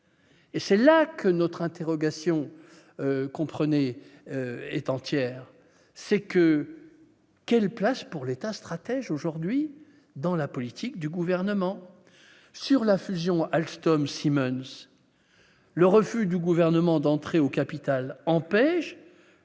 Et c'est là que notre interrogation, comprenez est entière, c'est que, quelle place pour l'État stratège aujourd'hui dans la politique du gouvernement sur la fusion Alstom-Siemens le refus du gouvernement d'entrer au capital empêche